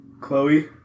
Chloe